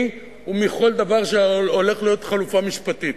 ומכל דבר שהולך להיות חלופה משפטית.